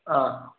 ആ